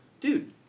dude